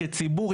כציבור,